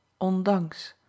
ondanks